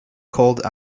called